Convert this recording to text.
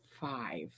five